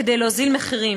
כדי להוריד מחירים,